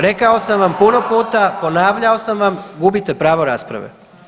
Rekao sam vam puno puta, ponavljao sam vam, gubite pravo rasprave.